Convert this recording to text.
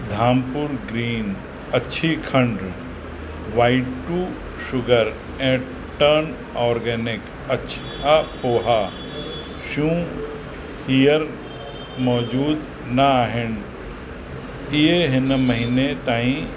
Dhampur green अछी खंड्र वाइटू शुगर ऐं टर्न ऑर्गेनिक अछा पोहा शयूं हीअंर मौजूदु न आहिनि इहे हिन महीने ताईं